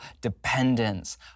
dependence